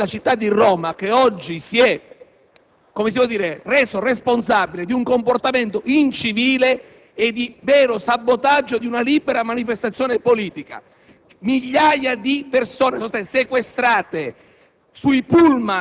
forse anche per censurare e rimuovere, il questore della città di Roma che oggi si è reso responsabile di un comportamento incivile e di vero sabotaggio di una libera manifestazione politica.